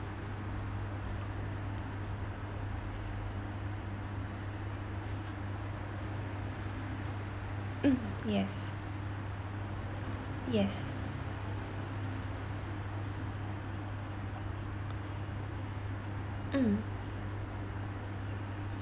mm yes yes mm